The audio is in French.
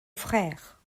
frère